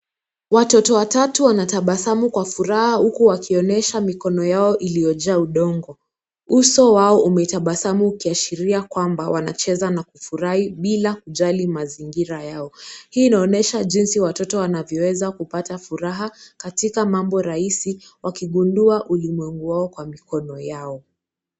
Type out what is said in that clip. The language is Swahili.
Watoto watatu wanatabasamu kwa furaha huku wakionyesha mikono yao iliyojaa udongo. Uso wao umetabasamu ukiashiria kwamba wanacheza na kufurahi bila kujali mazingira yao. Hii inaonyesha jinsi watoto wanavyoweza kupata furaha katika mambo rahisi wakigundua ulimwengu wao kwa mikono yao.